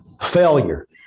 Failure